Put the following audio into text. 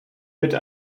bitte